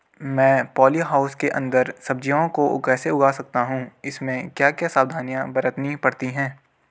मैं polyhouse के अन्दर सब्जियों को कैसे उगा सकता हूँ इसमें क्या क्या सावधानियाँ बरतनी पड़ती है?